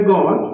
God